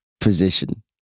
position